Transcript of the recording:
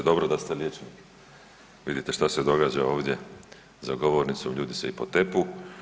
Dobro da ste liječnik, vidite šta se događa ovdje za govornicom, ljudi se i potepu.